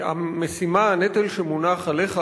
הנטל שמונח עליך,